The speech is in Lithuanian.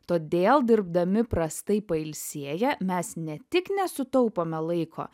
todėl dirbdami prastai pailsėję mes ne tik nesutaupome laiko